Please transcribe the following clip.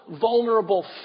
vulnerable